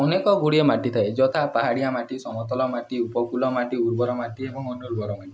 ଅନେକ ଗୁଡ଼ିଏ ମାଟି ଥାଏ ଯଥା ପାହାଡ଼ିଆ ମାଟି ସମତଳ ମାଟି ଉପକୂଳ ମାଟି ଉର୍ବର ମାଟି ଏବଂ ଅନୁର୍ବର ମାଟି